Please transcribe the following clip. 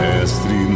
Mestre